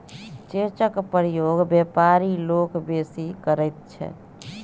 चेकक प्रयोग बेपारी लोक बेसी करैत छै